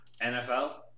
NFL